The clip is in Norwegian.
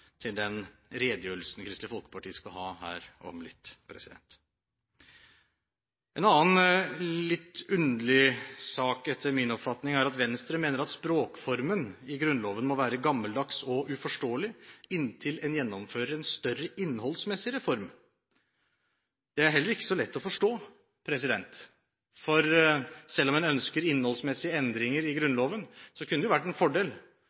til den redegjørelsen Kristelig Folkeparti skal ha her om litt. En annen litt underlig sak etter min oppfatning er at Venstre mener at språkformen i Grunnloven må være gammeldags og uforståelig inntil en gjennomfører en større innholdsmessig reform. Det er heller ikke så lett å forstå, for selv om en ønsker innholdsmessige endringer i Grunnloven, kunne det ha vært en fordel